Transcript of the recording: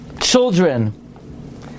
children